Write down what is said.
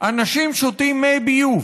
אנשים שותים מי ביוב,